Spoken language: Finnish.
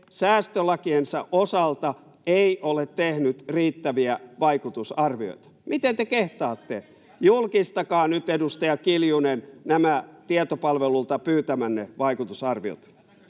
siitä, että se ei ole tehnyt riittäviä vaikutusarvioita säästölakiensa osalta? Miten te kehtaatte? Julkistakaa nyt, edustaja Kiljunen, nämä tietopalvelulta pyytämänne vaikutusarviot.